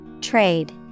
Trade